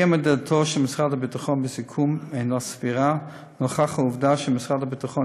אי-עמידתו של משרד הביטחון בסיכום אינה סבירה נוכח העובדה שמשרד הביטחון